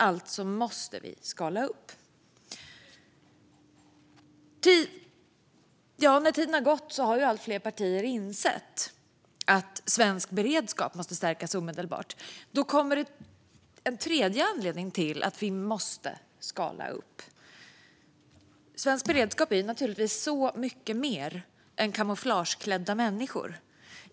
Alltså måste vi skala upp. Med tiden har allt fler partier insett att svensk beredskap måste stärkas omedelbart. Då finns en tredje anledning till att vi måste skala upp. Svensk beredskap är naturligtvis så mycket mer än kamouflageklädda människor.